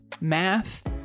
Math